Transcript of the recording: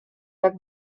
tak